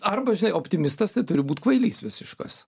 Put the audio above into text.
arba žinai optimistas tai turi būt kvailys visiškas